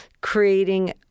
creating